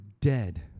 dead